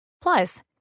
Plus